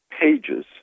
pages